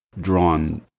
drawn